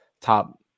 top